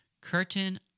curtain